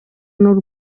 n’u